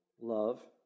love